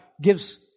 gives